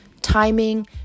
timing